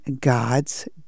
God's